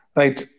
right